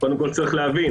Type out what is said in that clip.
יש להבין